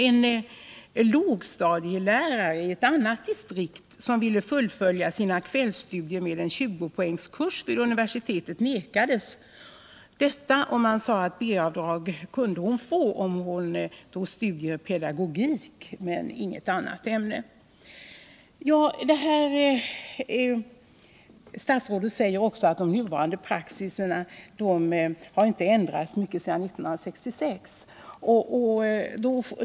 En lågstadielärare i ett annat distrikt ville fullfölja sina kvällsstudier med en 20-poängskurs vid universitetet men vägrades detta — enbart studier i pedagogik kunde ge henne B-avdrag. Statsrådet Mogård säger också att nuvarande praxis inte ändrats väsentligt sedan 1966.